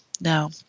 No